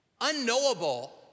unknowable